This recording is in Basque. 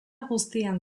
guztian